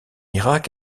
irak